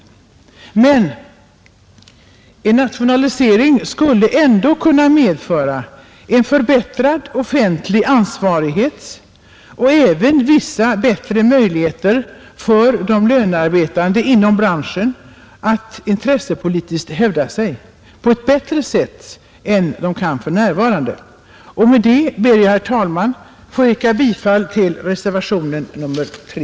En nationalisering skulle ändå kunna medföra en förbättrad offentlig ansvarighet och även vissa möjligheter för de lönearbetande inom branschen att intressepolitiskt hävda sig på ett bättre sätt än vi kan för närvarande, Med detta ber jag, herr talman, att få yrka bifall till reservationen 3.